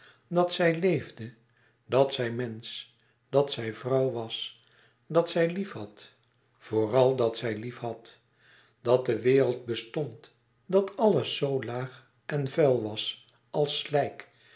dat zij leefde dat zij mensch dat zij vrouw was dat zij liefhad vooràl dat zij liefhad dat de wereld bestond dat alles zoo laag en vuil was als slijk